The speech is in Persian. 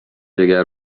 جگر